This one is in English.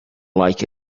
like